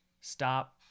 stop